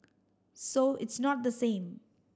so it's not the same